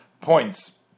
points